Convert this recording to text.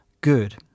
good